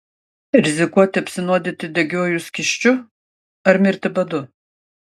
rizikuoti apsinuodyti degiuoju skysčiu ar mirti badu